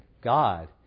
God